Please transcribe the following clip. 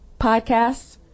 Podcasts